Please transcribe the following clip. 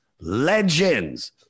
legends